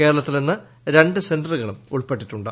കേരളത്തിൽ നിന്നു രണ്ടു സെന്ററുകളും ഉൾപ്പെട്ടിട്ടുണ്ട്